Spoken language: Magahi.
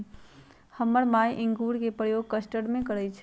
हमर माय इंगूर के प्रयोग कस्टर्ड में करइ छै